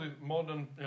modern